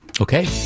Okay